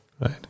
Right